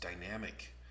dynamic